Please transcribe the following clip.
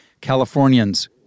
Californians